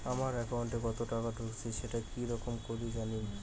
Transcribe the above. আমার একাউন্টে কতো টাকা ঢুকেছে সেটা কি রকম করি জানিম?